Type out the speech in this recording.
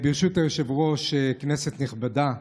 ברשות היושב-ראש, כנסת נכבדה,